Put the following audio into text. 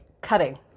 cutting